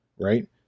right